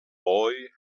boy